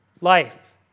life